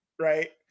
right